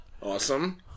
Awesome